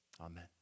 amen